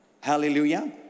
Hallelujah